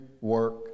work